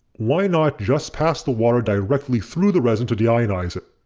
why not just pass the water directly through the resin to deionize it.